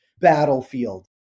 battlefield